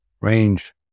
range